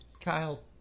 Kyle